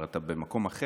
אתה במקום אחר,